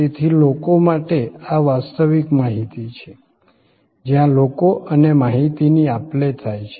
તેથી લોકો માટે આ વાસ્તવિક માહિતી છે જ્યાં લોકો અને માહિતીની આપ લે થાય છે